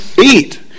eat